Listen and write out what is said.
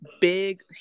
big